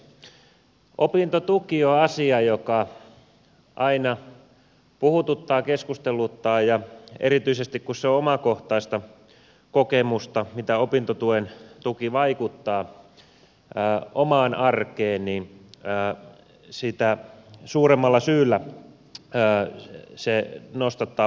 opintotuki on asia joka aina puhututtaa keskusteluttaa ja erityisesti kun siitä on omakohtaista kokemusta mitä opintotuki vaikuttaa omaan arkeen niin sitä suuremmalla syyllä se nostattaa puheenaihetta